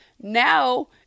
now